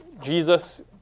Jesus